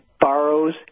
borrows